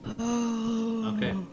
Okay